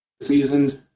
seasons